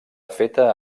feta